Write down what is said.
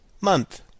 Month